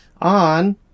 on